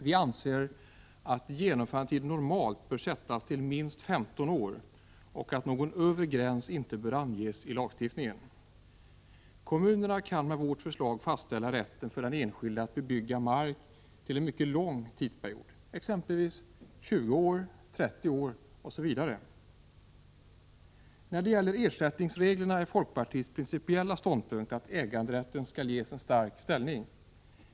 Vi anser att genomförandetiden normalt bör sättas till minst 15 år och att någon övre gräns inte bör anges i lagstiftningen. Kommunerna kan med vårt förslag fastställa rätten för den enskilde att bebygga mark till en mycket lång tidsperiod, exempelvis 20 år, 30 år osv. När det gäller ersättningsreglerna är folkpartiets principiella ståndpunkt att äganderätten skall ges en stark ställning.